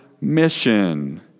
mission